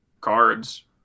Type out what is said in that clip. cards